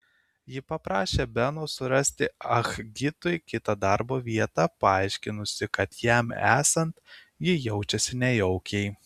ji paprašė beno surasti ah gitui kitą darbo vietą paaiškinusi kad jam esant ji jaučiasi nejaukiai